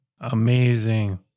Amazing